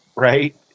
right